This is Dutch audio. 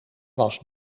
was